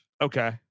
okay